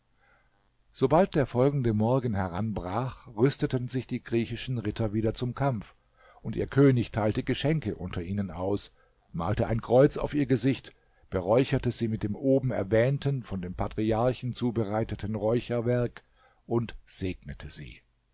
sobald der folgende morgen heranbrach rüsteten sich die griechischen ritter wieder zum kampf und ihr könig teilte geschenke unter ihnen aus malte ein kreuz auf ihr gesicht beräucherte sie mit dem oben erwähnten von dem patriarchen zubereiteten räucherwerk und segnete sie